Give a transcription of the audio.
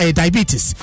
diabetes